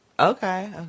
Okay